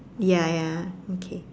ya ya okay